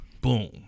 Boom